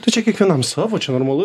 tai čia kiekvienam savo čia normalu